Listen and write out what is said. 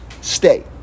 stay